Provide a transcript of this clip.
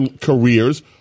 careers